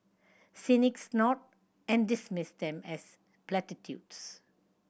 cynics snort and dismiss them as platitudes